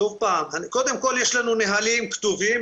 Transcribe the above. קודם כל יש לנו נהלים כתובים,